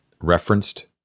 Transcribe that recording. referenced